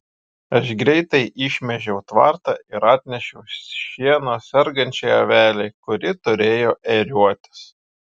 aš greitai išmėžiau tvartą ir atnešiau šieno sergančiai avelei kuri turėjo ėriuotis